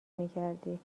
میکردی